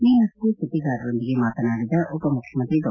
ಈ ಮಧ್ಯೆ ಸುದ್ಲಿಗಾರರೊಂದಿಗೆ ಮಾತನಾಡಿದ ಉಪಮುಖ್ಯಮಂತ್ರಿ ಡಾ